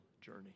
journey